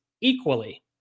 equally